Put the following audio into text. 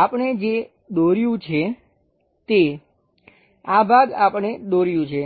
આપણે જે દોર્યું છે તે આ ભાગ આપણે દોર્યું છે